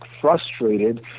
frustrated